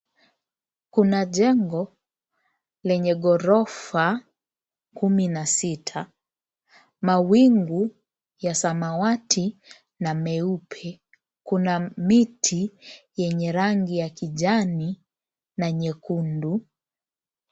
Kuna jengo lenye ghorofa kumi na sita. Mawingu ya samawati na meupe. Kuna miti yenye rangi ya kijani na nyekundu.